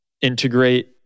integrate